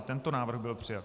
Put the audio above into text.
I tento návrh byl přijat.